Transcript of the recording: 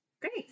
Great